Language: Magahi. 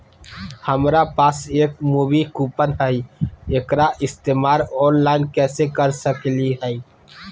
हमरा पास एक मूवी कूपन हई, एकरा इस्तेमाल ऑनलाइन कैसे कर सकली हई?